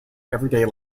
everyday